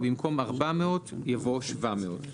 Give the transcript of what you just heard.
ובמקום "400" יבוא: "700".